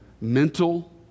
mental